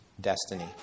destiny